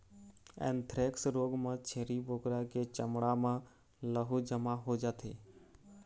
anthrax रोग म छेरी बोकरा के चमड़ा म लहू जमा हो जाथे